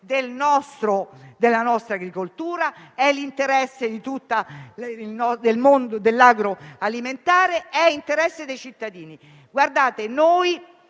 della nostra agricoltura, del mondo dell'agroalimentare e dei cittadini.